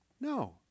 No